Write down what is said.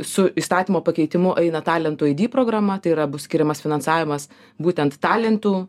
su įstatymo pakeitimu eina talentų idy programa tai yra bus skiriamas finansavimas būtent talentų